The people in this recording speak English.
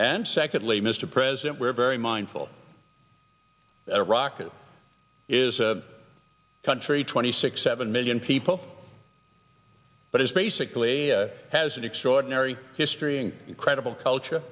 and secondly mr president we're very mindful that iraq is a country twenty six seven million people but it's basically has an extraordinary history an incredible culture